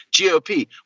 GOP